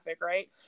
right